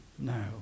No